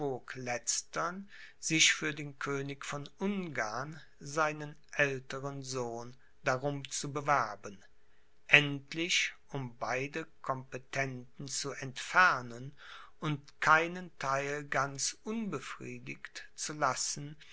sich für den könig von ungarn seinen älteren sohn darum zu bewerben endlich um beide competenten zu entfernen und keinen theil ganz unbefriedigt zu lassen